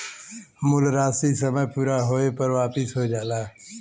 मूल राशी समय पूरा होये पर वापिस हो जाला